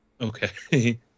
okay